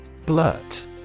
Blurt